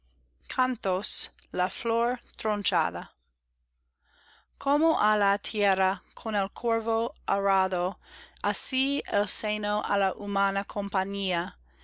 tierra la floe tronchada como á la tierra con el corvo arado asi el seno á la humana compañía